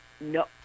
No